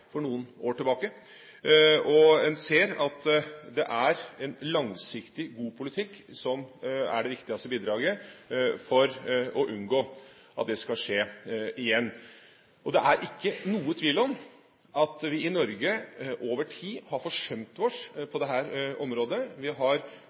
for noen år tilbake. En ser at det er en langsiktig, god politikk som er det viktigste bidraget for å unngå at det skal skje igjen. Det er ikke noen tvil om at vi i Norge over tid har forsømt